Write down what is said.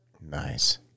Nice